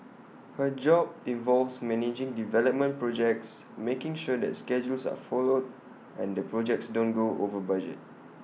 her job involves managing development projects making sure that schedules are followed and the projects don't go over budget